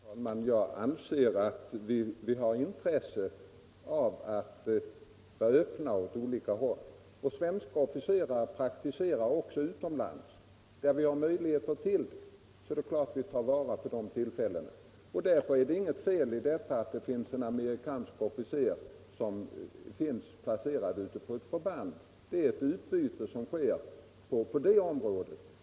Herr talman! Jag anser att vi har intresse av att vara öppna åt olika håll. Svenska officerare praktiserar också utomlands. Där vi har möjlighet till det är det klart att vi tar vara på tillfällena. Därför är det inget fel i att en amerikansk officer finns placerad ute på ett förband. Det är ett utbyte som sker på det området.